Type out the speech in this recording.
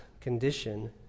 condition